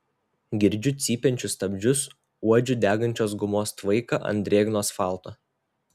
girdžiu cypiančius stabdžius uodžiu degančios gumos tvaiką ant drėgno asfalto